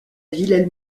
ville